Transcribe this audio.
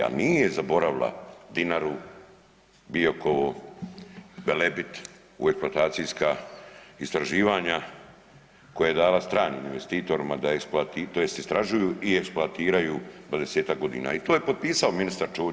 Ali nije zaboravila Dinaru, Biokovo, Velebit u eksploatacijska istraživanja koja je dala stranim investitorima da … tj. istražuju i eksploatiraju 20-tak godina i to je potpisao ministar Ćorić.